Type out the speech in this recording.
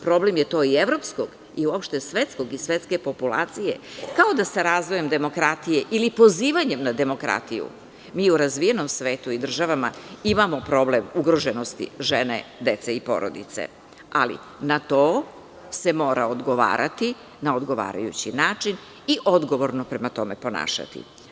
Problem je to i evropskog i uopšte svetskog društva i svetske populacije, kao da sa razvojem demokratije ili pozivanjem na demokratiju mi u razvijenom svetu i državama imamo problem ugroženosti žene, dece i porodice, ali na to se mora odgovarati na odgovarajući način i odgovorno prema tome ponašati.